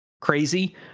crazy